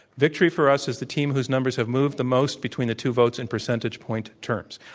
victory for us is the team whose numbers have moved the most between the two votes in percentage point terms.